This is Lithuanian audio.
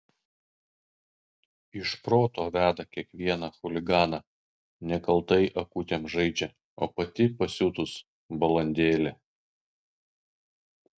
iš proto veda kiekvieną chuliganą nekaltai akutėm žaidžia o pati pasiutus balandėlė